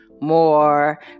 more